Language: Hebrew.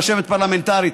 רשמת פרלמנטרית,